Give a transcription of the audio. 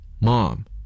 Mom